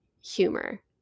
humor